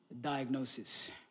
Diagnosis